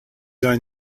own